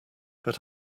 but